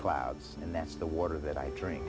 clouds and that's the water that i drink